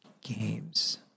games